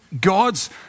God's